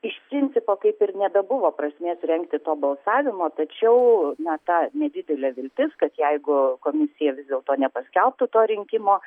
iš principo kaip ir nebebuvo prasmės rengti to balsavimo tačiau na ta nedidelė viltis kad jeigu komisija vis dėlto nepaskelbtų to rinkimo